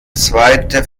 zweite